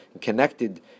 connected